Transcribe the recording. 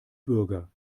bürger